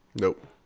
Nope